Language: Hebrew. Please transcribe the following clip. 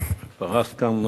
פרסת כאן